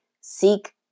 Seek